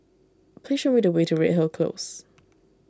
please show me the way to Redhill Close